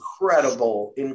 incredible